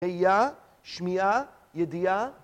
ראיה, שמיעה, ידיעה.